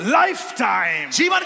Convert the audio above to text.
lifetime